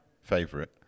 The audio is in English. favorite